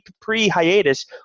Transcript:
pre-hiatus